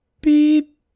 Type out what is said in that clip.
beep